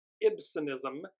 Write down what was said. Ibsenism